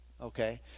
okay